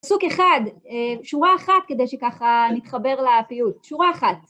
פסוק אחד, שורה אחת כדי שככה נתחבר לפיוט, שורה אחת.